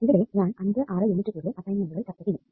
ഇവിടെ ഞാൻ 5 6 യൂണിറ്റുകളുടെ അസൈൻമെന്റുകൾ ചർച്ച ചെയ്യും